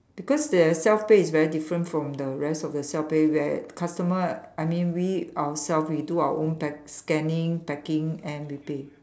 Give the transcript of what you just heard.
because their self pay is very different from the rest of the self pay where customer I mean we ourself we do our own pack scanning packing and we pay